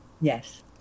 Yes